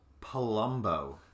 Palumbo